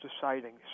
deciding